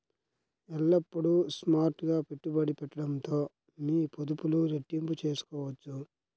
ఎల్లప్పుడూ స్మార్ట్ గా పెట్టుబడి పెట్టడంతో మీ పొదుపులు రెట్టింపు చేసుకోవచ్చు